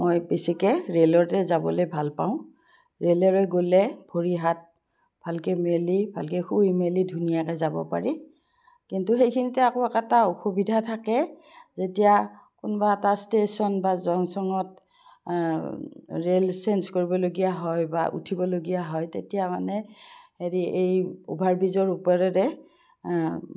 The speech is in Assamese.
মই বেছিকে ৰে'লতে যাবলৈ ভালপাওঁ ৰেলেৰে গ'লে ভৰি হাত ভালকৈ মেলি ভালকৈ শুই মেলি ধুনীয়াকৈ যাব পাৰি কিন্তু সেইখিনিতে আকৌ এটা অসুবিধা থাকে যেতিয়া কোনোবা এটা ষ্টেচন বা জংচঙত ৰেল চেঞ্জ কৰিবলগীয়া হয় বা উঠিবলগীয়া হয় তেতিয়া মানে হেৰি এই অভাৰব্ৰিজৰ ওপৰৰে